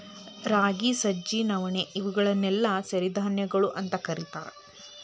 ರಾಗಿ, ಸಜ್ಜಿ, ನವಣಿ, ಇವುಗಳನ್ನೆಲ್ಲ ಸಿರಿಧಾನ್ಯಗಳು ಅಂತ ಕರೇತಾರ